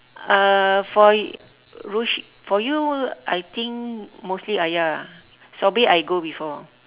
uh for y~ rosh~ for you I think mostly ayah sobri I go before